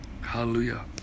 Hallelujah